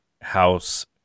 house